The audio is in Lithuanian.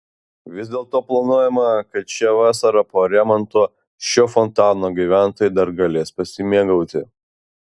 vis dėlto planuojama kad šią vasarą po remonto šiuo fontanu gyventojai dar galės pasimėgauti